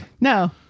no